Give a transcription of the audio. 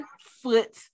foot